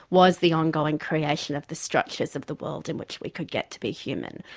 was the ongoing creation of the structures of the world in which we could get to be human.